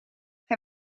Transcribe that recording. hij